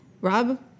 Rob